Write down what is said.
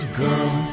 girl